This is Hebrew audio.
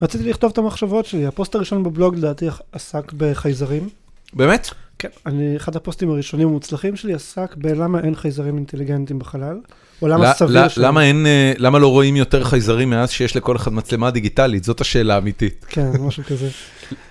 רציתי לכתוב את המחשבות שלי. הפוסט הראשון בבלוג, לדעתי, עסק בחייזרים. באמת? כן. אני, אחד הפוסטים הראשונים המוצלחים שלי עסק בלמה אין חייזרים אינטליגנטים בחלל, או למה סביר... למה לא רואים יותר חייזרים מאז שיש לכל אחד מצלמה דיגיטלית? זאת השאלה האמיתית. כן, משהו כזה.